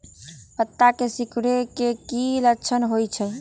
पत्ता के सिकुड़े के की लक्षण होइ छइ?